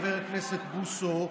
חבר הכנסת בוסו,